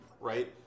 right